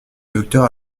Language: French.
docteur